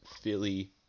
Philly